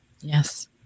Yes